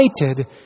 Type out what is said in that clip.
united